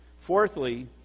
Fourthly